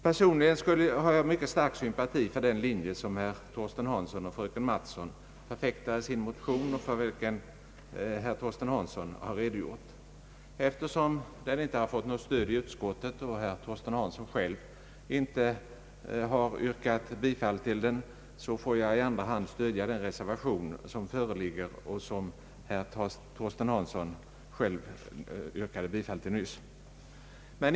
Personligen hyser jag mycket stark sympati för den linje, som herr Torsten Hansson och fröken Mattson förfäktar i sin motion, men eftersom den inte har fått stöd av någon i utskottet och herr Torsten Hansson själv inte har yrkat bifall till den, så får jag i andra hand stödja den reservation som föreligger och som herr Torsten Hansson yrkade bifall till nyss.